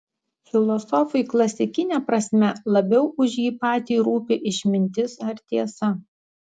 filosofui klasikine prasme labiau už jį patį rūpi išmintis ar tiesa